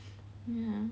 ya